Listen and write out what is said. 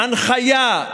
הנחיה,